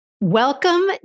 Welcome